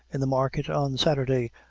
in the market, on sathurday,